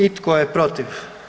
I tko je protiv?